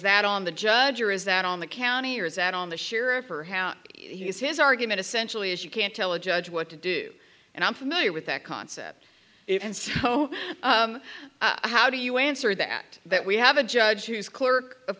that on the judge or is that on the county or is that on the sheer of her how he is his argument essentially is you can't tell a judge what to do and i'm familiar with that concept and so how do you answer the act that we have a judge who is clerk of